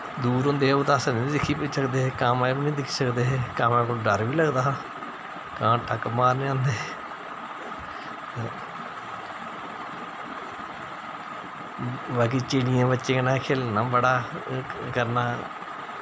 दूर होंदे हे ओह् ते अस ओह् बी दिक्खी सकदे हे कां दे बी नेईं दिक्खी सकदे हे कां कोलूं डर बी लगदा हा कां टक्क मारने आंदे हे बाकी चिड़ियें दे बच्चें कन्नै खेलना बड़ा ओह् करना